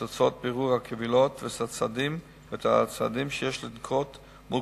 את תוצאות בירור הקבילות ואת הצעדים שיש לנקוט מול